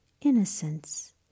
innocence